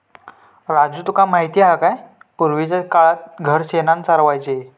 राजू तुका माहित हा काय, पूर्वीच्या काळात घर शेणानं सारवायचे